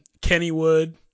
Kennywood